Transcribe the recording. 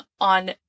on